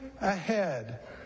ahead